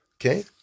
Okay